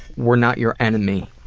we're not your enemy,